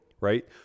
Right